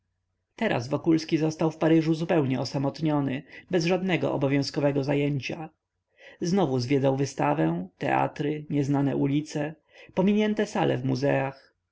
teraz wokulski został w paryżu zupełnie osamotniony bez żadnego obowiązkowego zajęcia znowu zwiedzał wystawę teatry nieznane ulice pominięte sale w muzeach